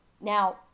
Now